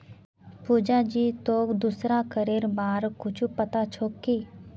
पुजा जी, तोक दूसरा करेर बार कुछु पता छोक की